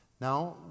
now